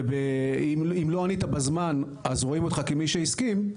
ואם לא ענית בזמן אז רואים אותך כמי שהסכים,